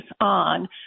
on